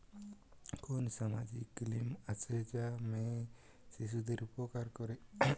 কোন সামাজিক স্কিম আছে যা মেয়ে শিশুদের উপকার করে?